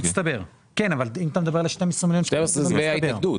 כן אבל אם אתה מסתכל על ה-12 מיליון שקלים זה לא מסתדר.